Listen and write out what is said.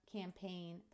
campaign